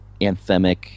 anthemic